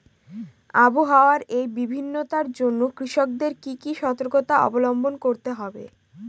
আবহাওয়ার এই ভিন্নতার জন্য কৃষকদের কি কি সর্তকতা অবলম্বন করতে হবে?